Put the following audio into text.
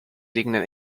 liegenden